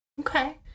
Okay